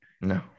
No